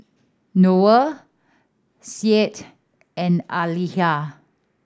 Noah Said and Aqilah